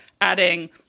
adding